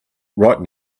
right